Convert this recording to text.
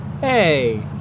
Hey